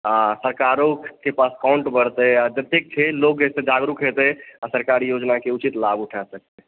आ सरकारोंके पास फंड बढ़तै आ जतेक छै लोक एहिसॅं जागरुक हेतै आ सरकारी योजनाके उचित लाभ उठा सकतै